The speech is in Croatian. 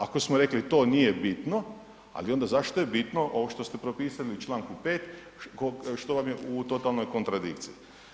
Ako smo rekli to nije bitno, ali zašto je bitno ovo što ste propisali u čl. 5. što vam je u totalnoj kontradikciji?